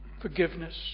forgiveness